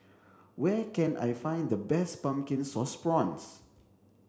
where can I find the best pumpkin sauce prawns